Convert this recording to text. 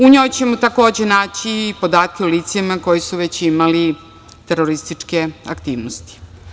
U njoj ćemo takođe naći podatke o licima koji su već imali terorističke aktivnosti.